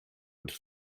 would